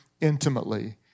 intimately